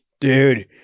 dude